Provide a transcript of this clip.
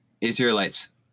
israelites